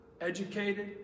educated